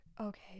okay